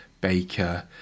Baker